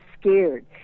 scared